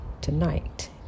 tonight